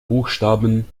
buchstaben